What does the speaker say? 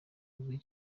uzwi